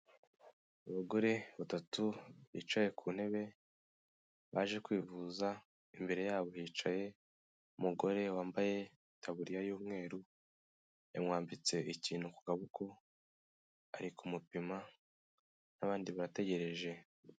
Abagore batatu bicaye ku ntebe baje kwivuza, imbere yabo hicaye umugore wambaye itaburiya y'umweru yamwambitse ikintu ku kaboko ari kumupima n'abandi barategereje.